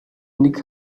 нэг